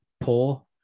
poor